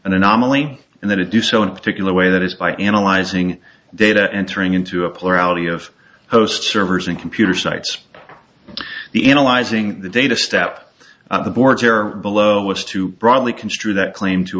an anomaly and then to do so in a particular way that is by analyzing data entering into a plurality of hosts servers and computer sites the analyzing the data step the board chair below is too broadly construed that claim to